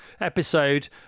episode